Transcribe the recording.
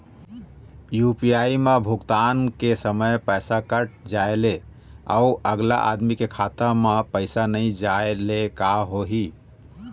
UPI म भुगतान के समय पैसा कट जाय ले, अउ अगला आदमी के खाता म पैसा नई जाय ले का होही?